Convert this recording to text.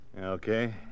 Okay